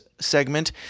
segment